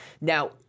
Now